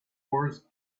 wars